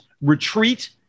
retreat